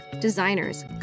designers